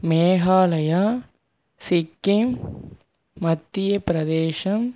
Meghalaya Sikkim Madhya Pradesh